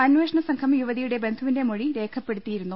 അന്വേഷണസംഘം യുവതിയുടെ ബന്ധുവിന്റെ മൊഴി രേഖപ്പെടുത്തിയിരുന്നു